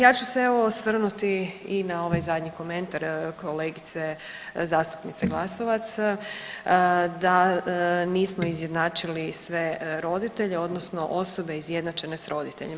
Ja ću se evo, osvrnuti i na ovaj zadnji komentar kolegice zastupnice Glasovac, da nismo izjednačili sve roditelje odnosno osobe izjednačene s roditeljima.